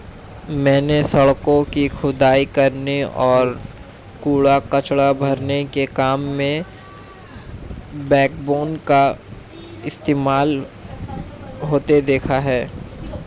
मैंने सड़कों की खुदाई करने और कूड़ा कचरा भरने के काम में बैकबोन का इस्तेमाल होते देखा है